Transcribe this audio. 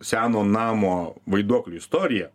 seno namo vaiduoklių istorija